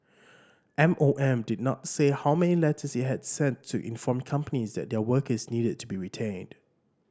M O M did not say how many letters he had sent to inform companies that their workers needed to be retrained